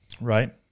right